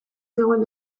zegoen